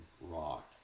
rock